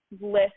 list